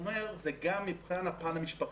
אני אומר, זה גם מבחינת הפן המשפחתי.